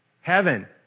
heaven